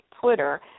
Twitter